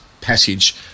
passage